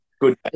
good